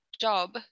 job